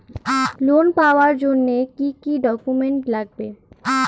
Loan পাওয়ার জন্যে কি কি ডকুমেন্ট লাগবে?